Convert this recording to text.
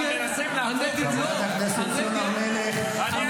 מנסים לעזור, חברת הכנסת לימור סון הר מלך, תשבי.